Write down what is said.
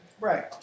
Right